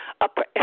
upper